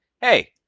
hey